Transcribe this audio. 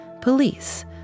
Police